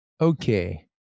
Okay